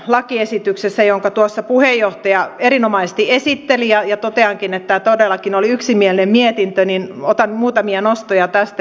tämän lakiesityksen tuossa puheenjohtaja erinomaisesti esitteli ja toteankin että todellakin tämä oli yksimielinen mietintö ja otan muutamia nostoja tästä